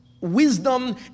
wisdom